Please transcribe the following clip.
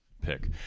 pick